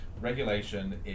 regulation